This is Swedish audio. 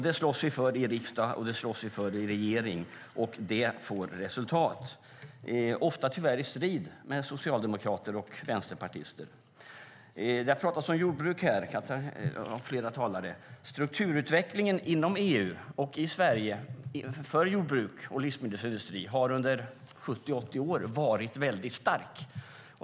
Det slåss vi för i riksdagen, det slåss vi för i regeringen, och det får resultat - tyvärr ofta i strid med socialdemokrater och vänsterpartister. Det har talats om jordbruk här av flera talare. Strukturutvecklingen inom EU och i Sverige för jordbruk och livsmedelsindustri har under 70-80 år varit väldigt stark.